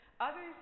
Others